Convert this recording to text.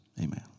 Amen